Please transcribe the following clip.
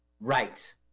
right